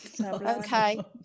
Okay